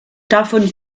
davon